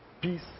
peace